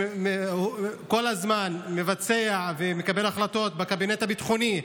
הוא כל הזמן מבצע ומקבל החלטות בקבינט הביטחוני,